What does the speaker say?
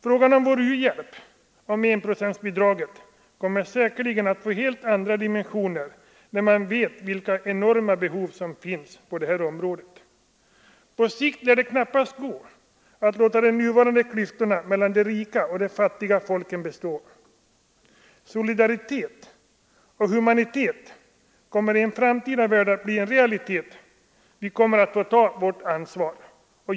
Frågan om vår u-hjälp, om enprocentsbidraget, kommer säkerligen att få helt andra dimensioner, när man vet vilka enorma behov som finns på detta område. På sikt lär det knappast gå att låta de nuvarande klyftorna mellan de rika och de fattiga länderna bestå. Solidaritet och humanitet kommer i en framtida värld att bli en realitet — vi kommer att få ta vårt ansvar.